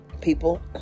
people